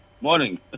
Morning